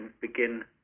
begin